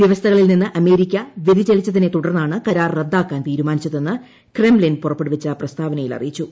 വ്യവസ്ഥകളിൽ നിന്ന് അമേരിക്ക വ്യതിചലിച്ചതിനെ തുടർന്നാണ് കരാർ റദ്ദാക്കാൻ തീരുമാനിച്ചതെന്ന് ക്രെംലിൻ പുറപ്പെടുവിച്ച പ്രസ്താവനയിൽ അറിയിച്ചു